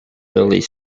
village